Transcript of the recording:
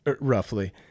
roughly